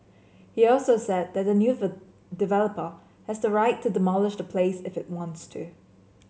he also said that the new developer has the right to demolish the place if it wants to